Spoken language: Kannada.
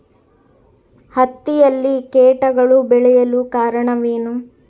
ಹತ್ತಿಯಲ್ಲಿ ಕೇಟಗಳು ಬೇಳಲು ಕಾರಣವೇನು?